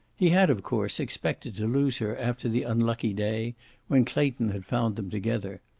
he had, of course, expected to lose her after the unlucky day when clayton had found them together,